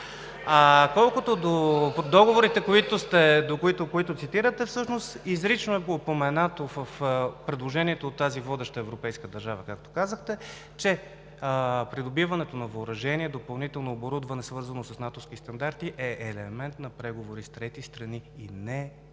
Колкото до договорите, които цитирате, всъщност изрично е упоменато в предложението от тази водеща европейска държава, както казахте, че придобиването на въоръжение – допълнително оборудване, свързано с натовските стандарти, е елемент на преговори с трети страни и не е част от